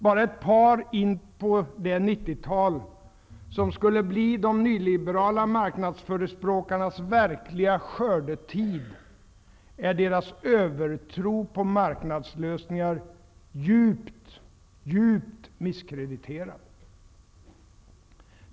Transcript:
Redan ett par år in på det 90-tal som skulle bli de nyliberala marknadsförespråkarnas verkliga skördetid är deras övertro på marknadslösningar djupt misskrediterad.